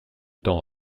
temps